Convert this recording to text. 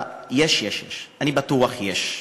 אני בטוח שיש.